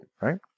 right